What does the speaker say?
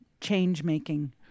change-making